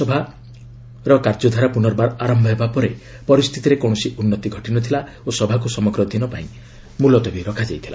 ସଭାକାର୍ଯ୍ୟ ପୁନର୍ବାର ଆରମ୍ଭ ହେବା ପରେ ପରିସ୍ଥିତିରେ କୌଣସି ଉନ୍ନତି ଘଟିନଥିଲା ଓ ସଭାକୁ ସମଗ୍ର ଦିନ ପାଇଁ ମୁଲତବୀ ରଖାଯାଇଥିଲା